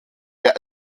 der